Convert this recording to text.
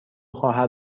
خواهر